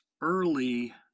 early